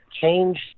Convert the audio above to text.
change